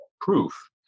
proof